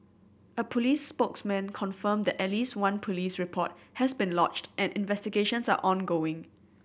a police spokesman confirmed that at least one police report has been lodged and investigations are ongoing